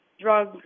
drug